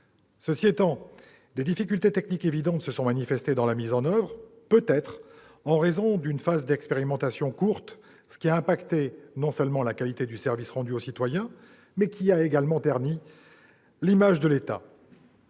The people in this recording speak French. Cela étant, des difficultés techniques évidentes se sont manifestées dans la mise en oeuvre de cette numérisation, peut-être en raison d'une phase d'expérimentation trop courte, ce qui a non seulement affecté la qualité du service rendu aux citoyens, mais a également terni l'image de l'État.